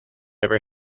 ever